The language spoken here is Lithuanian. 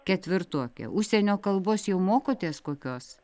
ketvirtokė užsienio kalbos jau mokotės kokios